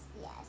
yes